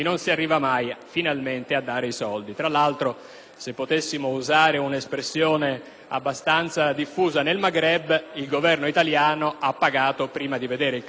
se potessimo usare un'espressione abbastanza diffusa nel Maghreb, il Governo italiano ha pagato prima di vedere il cammello. Questo è stato stamani da più parti